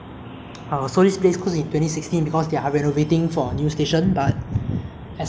like parts of it ah they are taking apart taking it apart and then using some parts like the roof